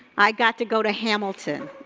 i got to go to hamilton,